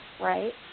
right